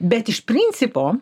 bet iš principo